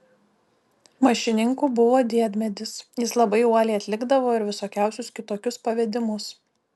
mašininku buvo diemedis jis labai uoliai atlikdavo ir visokiausius kitokius pavedimus